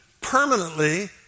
permanently